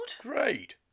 Great